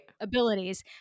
abilities